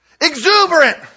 exuberant